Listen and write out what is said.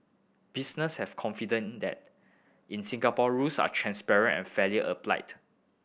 business have confidence in that in Singapore rules are transparent and fairly applied